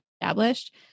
established